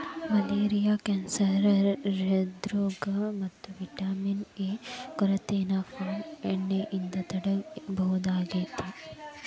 malaria cancer ಹ್ರೃದ್ರೋಗ ಮತ್ತ vitamin A ಕೊರತೆನ ಪಾಮ್ ಎಣ್ಣೆಯಿಂದ ತಡೇಬಹುದಾಗೇತಿ